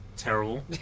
Terrible